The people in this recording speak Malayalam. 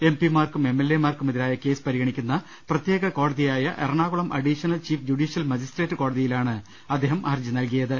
എം പിമാർക്കും എം എൽ എമാർക്കു മെതിരായ കേസ് പരിഗണിക്കുന്ന പ്രത്യേക കോടതി യായ Ernakulam additional chief judicial magistrate കോടതിയിലാണ് അദ്ദേഹം ഹരജി നൽകിയത്